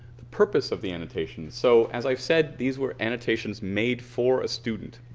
the purpose of the annotation. so as i said, these were annotations made for a student.